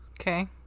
Okay